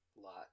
lot